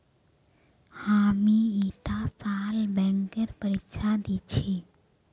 हामी ईटा साल बैंकेर परीक्षा दी छि